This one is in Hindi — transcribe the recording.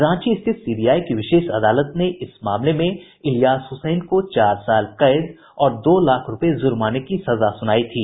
रांची स्थित सीबीआई की विशेष अदालत ने इस मामले में इलियास हुसैन को चार साल कैद और दो लाख रूपये जुर्माने की सजा सुनाई थी